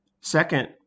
Second